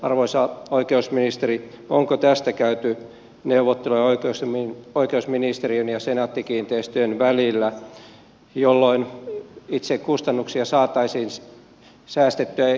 arvoisa oikeusministeri onko tästä käyty neuvotteluja oikeusministeriön ja senaatti kiinteistöjen välillä jolloin kustannuksia saataisiin säästettyä itse oikeustoimenpiteisiin